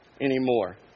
anymore